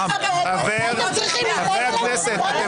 חבר הכנסת, אני